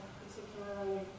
particularly